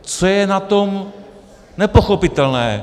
Co je na tom nepochopitelného?